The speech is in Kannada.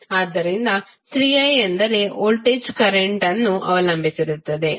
ಆದ್ದರಿಂದ 3i ಎಂದರೆ ವೋಲ್ಟೇಜ್ ಕರೆಂಟ್ವನ್ನು ಅವಲಂಬಿಸಿರುತ್ತದೆ